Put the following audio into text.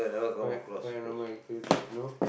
para~ paranormal activities no